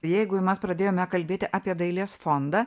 jeigu mes pradėjome kalbėti apie dailės fondą